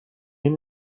این